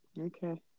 okay